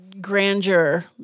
grandeur